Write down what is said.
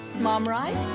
mom right?